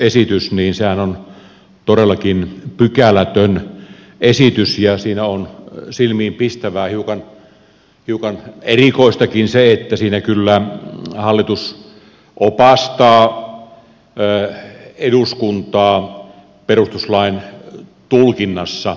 tämä täydennysesityshän on todellakin pykälätön esitys ja siinä on silmiinpistävää hiukan erikoistakin se että siinä kyllä hallitus opastaa eduskuntaa perustuslain tulkinnassa